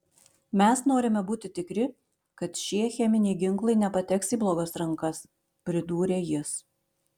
mes norime būti tikri kad šie cheminiai ginklai nepateks į blogas rankas pridūrė jis